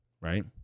right